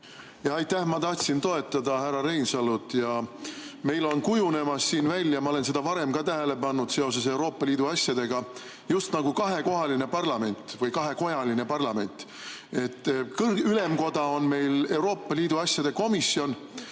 Aitäh! Ma tahtsin toetada härra Reinsalu. Meil on kujunemas siin välja – ma olen seda varem ka tähele pannud seoses Euroopa Liidu asjadega – just nagu kahekojaline parlament. Ülemkoda on meil Euroopa Liidu asjade komisjon,